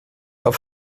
auf